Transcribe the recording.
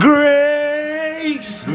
Grace